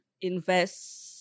invest